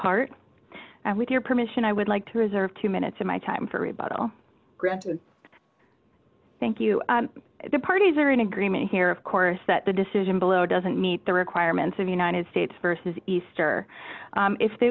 heart and with your permission i would like to reserve two minutes of my time for rebuttal granted thank you the parties are in agreement here of course that the decision below doesn't meet the requirements of united states versus easter if the